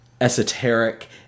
esoteric